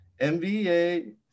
MBA